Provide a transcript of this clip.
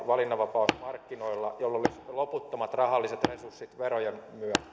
valinnanvapausmarkkinoilla sellainen toimija jolla olisi loputtomat rahalliset resurssit verojen